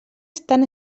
estan